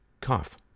cough